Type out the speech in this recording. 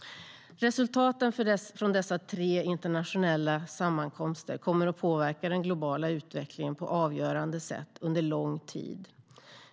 Resultaten från dessa tre internationella sammankomster kommer att påverka den globala utvecklingen på ett avgörande sätt under lång tid.